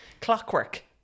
clockwork